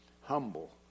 humble